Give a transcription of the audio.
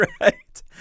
right